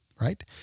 right